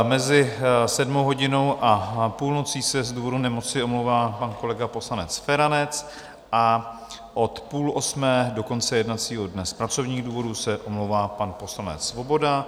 Mezi sedmou hodinou a půlnocí se z důvodu nemoci omlouvá pan kolega poslanec Feranec a od půl osmé do konce jednacího dne z pracovních důvodů se omlouvá pan poslanec Svoboda.